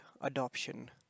adoption